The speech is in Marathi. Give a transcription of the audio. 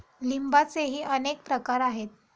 लिंबाचेही अनेक प्रकार आहेत